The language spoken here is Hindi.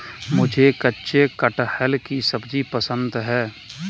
मुझे कच्चे कटहल की सब्जी पसंद है